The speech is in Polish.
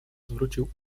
zwrócił